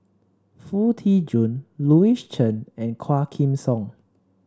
Foo Tee Jun Louis Chen and Quah Kim Song